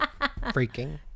Freaking